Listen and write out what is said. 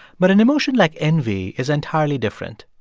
but an emotion like envy is entirely different.